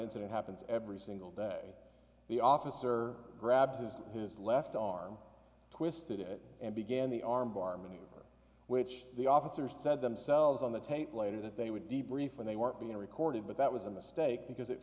incident happens every single day the officer grabbed his his left arm twisted it and began the arm bar maneuver which the officer said themselves on the tape later that they would be brief and they weren't being recorded but that was a mistake because it